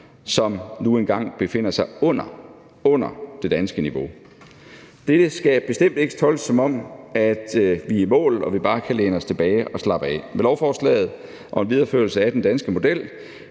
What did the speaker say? som nu engang befinder sig under det danske niveau. Dette skal bestemt ikke tolkes, som om vi er i mål og vi bare kan læne os tilbage og slappe af. Med lovforslaget og en videreførelse af den danske model